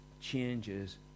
changes